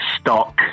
stock